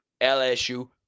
LSU